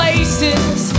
Places